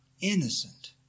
Innocent